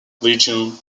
legions